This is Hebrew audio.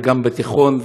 וגם בתיכון,